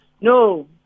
No